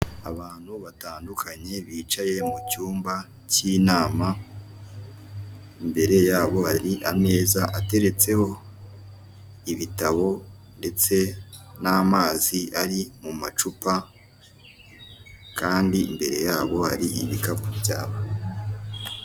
Abantu batandukanye bicaye mu cyumba cy'inama, imbere yabo hari ameza ateretseho ibitabo ndetse n'amazi ari mu macupa, kandi imbere yabo hari ibikapu byabo.